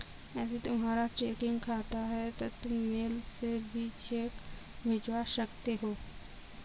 यदि तुम्हारा चेकिंग खाता है तो तुम मेल से भी चेक भिजवा सकते हो